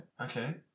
Okay